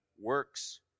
works